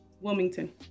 Wilmington